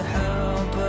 help